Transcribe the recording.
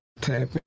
tap